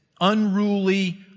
unruly